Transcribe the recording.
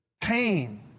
pain